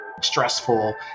stressful